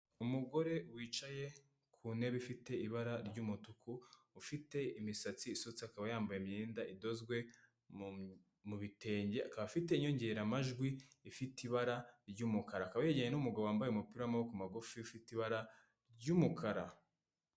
Umugore wicaye ku ntebe ifite ibara ry'umutuku, ufite imisatsi isutse, akaba yambaye imyenda idozwe mu bitenge, akaba afite inyongeramajwi ifite ibara ry'umukara, akaba yejyerane n'umugabo wambaye umupira w'amaboko magufi ufite ibara ry'umukara.